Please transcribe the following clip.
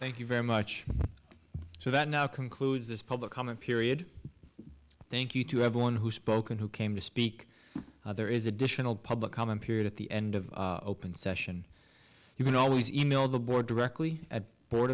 thank you very much so that now concludes this public comment period thank you to everyone who spoke and who came to speak there is additional public comment period at the end of open session you can always email the board directly at the board